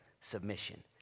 Submission